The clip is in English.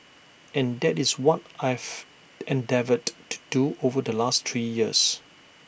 and that is what I've endeavoured to do over the last three years